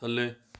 ਥੱਲੇ